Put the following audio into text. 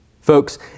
Folks